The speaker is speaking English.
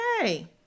Okay